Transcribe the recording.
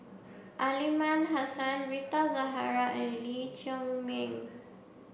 Aliman Hassan Rita Zahara and Lee Chiaw Ming